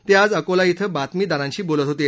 ते आज अकोला क्रि बातमीदारांशी बोलत होते